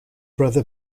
brother